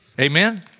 Amen